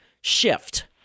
shift